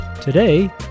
Today